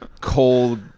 cold